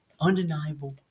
undeniable